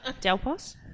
Delpos